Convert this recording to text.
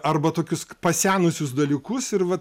arba tokius pasenusius dalykus ir va